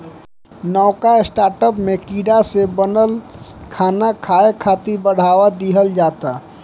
नवका स्टार्टअप में कीड़ा से बनल खाना खाए खातिर बढ़ावा दिहल जाता